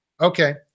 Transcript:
Okay